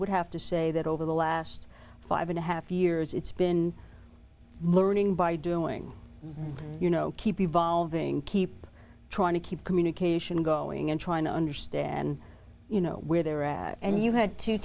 would have to say that over the last five and a half years it's been learning by doing you know keep evolving keep trying to keep communication going and trying to understand you know where they're at and you had two